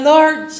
Lord